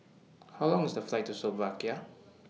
How Long IS The Flight to Slovakia